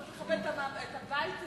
צריך לכבד את הבית הזה,